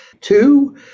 Two